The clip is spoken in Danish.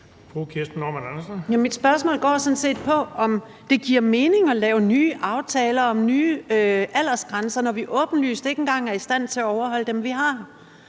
Mit spørgsmål går sådan set på, om det giver mening at lave nye aftaler om nye aldersgrænser, når vi åbenlyst ikke engang er i stand til at overholde dem,